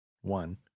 one